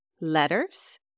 letters